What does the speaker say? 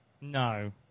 No